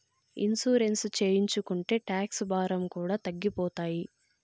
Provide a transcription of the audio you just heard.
insurance చేయించుకుంటే tax భారం కూడా తగ్గిపోతాయి